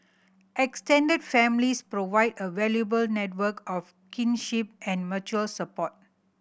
extended families provide a valuable network of kinship and mutual support